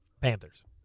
Panthers